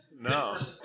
No